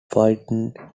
fighting